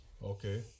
Okay